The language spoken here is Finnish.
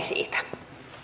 siitä